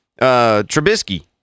Trubisky